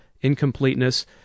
Incompleteness